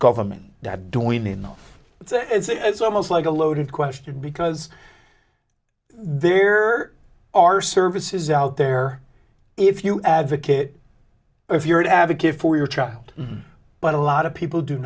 government that doing enough it's almost like a loaded question because there are services out there if you advocate if you're an advocate for your child but a lot of people do